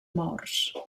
morts